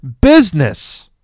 business